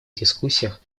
дискуссиях